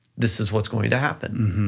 this is what's going to happen.